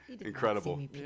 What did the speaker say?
Incredible